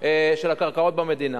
של הקרקעות במדינה,